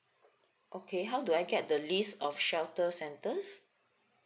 okay how do I get the list of shelter centers